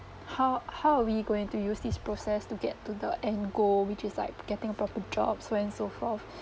how how are we going to use this process to get to the end goal which is like a getting proper jobs so on and so forth